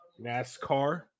NASCAR